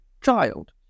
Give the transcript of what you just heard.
child